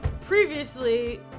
previously